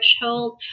threshold